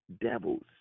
devils